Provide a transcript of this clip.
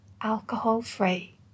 alcohol-free